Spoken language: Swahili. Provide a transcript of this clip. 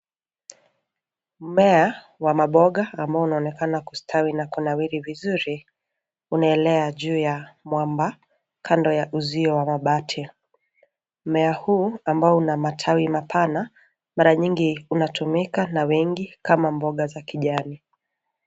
Mmea wa maboga ambao unaonekana kustawi na kunawiri vizuri unaelea juu ya mwamba kando ya uzio wa mabati. Mmea huu ambao una matawi mapana mara nyingi unatumika na wengi kama mboga za kijani.